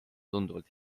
tunduvalt